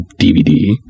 DVD